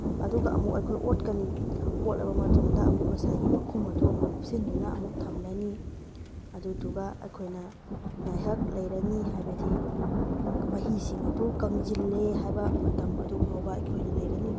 ꯑꯗꯨꯒ ꯑꯃꯨꯛ ꯑꯩꯈꯣꯏ ꯑꯣꯠꯀꯅꯤ ꯑꯣꯠꯂꯕ ꯃꯇꯨꯡꯗ ꯑꯃꯨꯛ ꯉꯁꯥꯏꯒꯤ ꯃꯈꯨꯝ ꯑꯗꯣ ꯑꯃꯨꯛ ꯀꯨꯞꯁꯤꯟꯗꯨꯅ ꯑꯃꯨꯛ ꯊꯝꯂꯅꯤ ꯑꯗꯨꯗꯨꯒ ꯑꯩꯈꯣꯏꯅ ꯉꯥꯏꯍꯥꯛ ꯂꯩꯔꯅꯤ ꯍꯥꯏꯕꯗꯤ ꯃꯍꯤꯁꯤꯡ ꯑꯗꯨ ꯀꯪꯁꯤꯜꯂꯦ ꯍꯥꯏꯕ ꯃꯇꯝ ꯑꯗꯨ ꯐꯥꯎꯕ ꯑꯩꯈꯣꯏꯅ ꯂꯩꯔꯅꯤ